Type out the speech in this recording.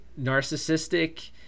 narcissistic